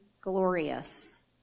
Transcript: glorious